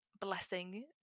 blessing